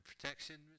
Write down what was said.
protection